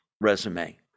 resume